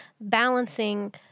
balancing